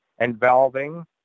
involving